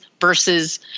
versus